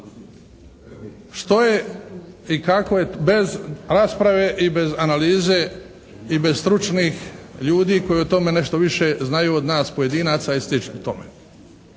što je i kako je bez rasprave i bez analize i bez stručnih ljudi koji o tome nešto više znaju od nas pojedinaca i slično tome.